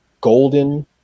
golden